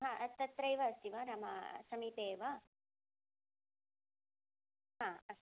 हा अ तत्रैव अस्ति वा नाम समीपे एव हा अस्तु